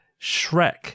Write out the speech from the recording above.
Shrek